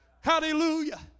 Hallelujah